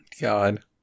god